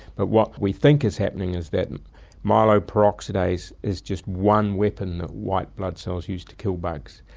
but what we think is happening is that myeloperoxidase is just one weapon that white blood cells use to kill bugs,